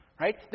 Right